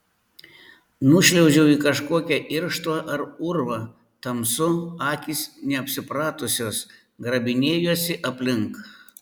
nušliuožiau į kažkokią irštvą ar urvą tamsu akys neapsipratusios grabinėjuosi aplink